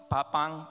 Papang